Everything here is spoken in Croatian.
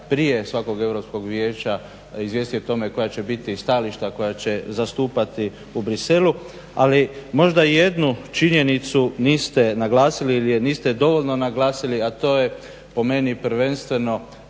prije svakog Europskog vijeća izvijestiti o tome koja će biti stajališta koja će zastupati u Bruxellesu. Ali možda jednu činjenicu niste naglasili ili je niste dovoljno naglasili a to je po meni prvenstveno